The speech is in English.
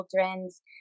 children's